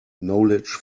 knowledge